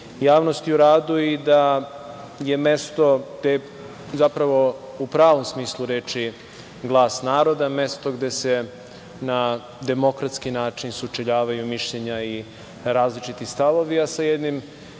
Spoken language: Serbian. javnosti u radu i da je u pravom smislu te reči, glas naroda, mesto gde se na demokratski način sučeljavaju mišljenja i različiti stavovi, a sa jednim